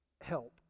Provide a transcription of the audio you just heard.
help